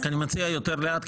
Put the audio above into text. אני רק מציע יותר לאט,